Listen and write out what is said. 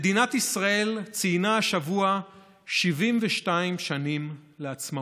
מדינת ישראל ציינה השבוע 72 שנים לעצמאותה.